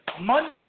Monday